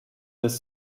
des